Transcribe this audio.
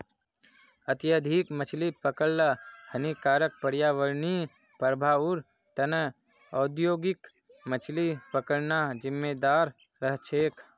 अत्यधिक मछली पकड़ ल हानिकारक पर्यावरणीय प्रभाउर त न औद्योगिक मछली पकड़ना जिम्मेदार रह छेक